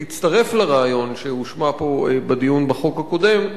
להצטרף לרעיון שהושמע פה בדיון בחוק הקודם,